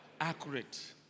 Accurate